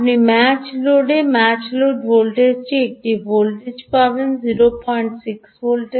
আপনি ম্যাচ লোডে match load ভোল্টেজটি একটি ভোল্টেজ পাবেন 06 ভোল্ট